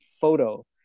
photo